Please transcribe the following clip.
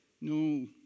No